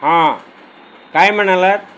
हां काय म्हणालात